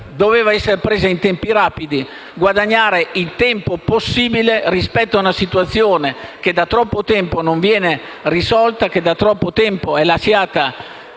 doveva essere presa in tempi rapidi, per guadagnare il tempo possibile rispetto ad una situazione che da troppo tempo non viene risolta e che da troppo tempo è lasciata